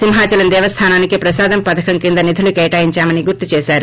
సింహాచలం దేవస్లానానికి ప్రసాదం పధకం కింద నిధులు కేటాయిందామని గుర్తు చేసారు